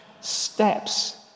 steps